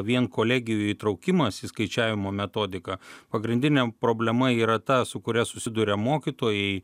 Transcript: vien kolegijų įtraukimas į skaičiavimo metodiką pagrindinė problema yra ta su kuria susiduria mokytojai